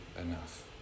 enough